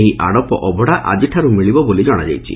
ଏହି ଆଡ଼ପ ଅଭଡ଼ା ଆଜିଠାରୁ ମିଳିବ ବୋଲି ଜଣାଯାଇଛି